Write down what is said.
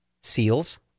SEALs